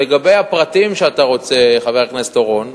לגבי הפרטים שאתה רוצה, חבר הכנסת אורון,